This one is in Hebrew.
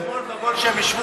שהם השוו,